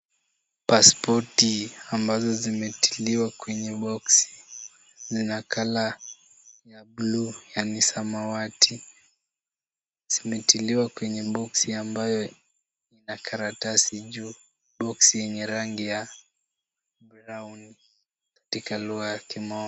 Pasipoti ambazo zimetiliwa kwenye boksi na colour ya buluu yaani samawati, zimetiliwa kwenye boksi ambayo ina karatasi juu. Boksi yenye rangi ya brown katika lugha ya kimombo.